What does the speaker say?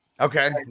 Okay